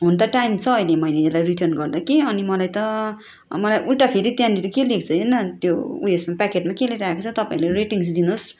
हुन त टाइम छ अहिले मैले यसलाई रिटर्न गर्दा कि अनि मलाई त मलाई उल्टा फेरि त्यहाँनिर के लेखेको छ हेर् न त्यो उयेसमा प्याकेटमा के लेखिरहेको छ तपाईँहरूले रेटिङ्स दिनुहोस्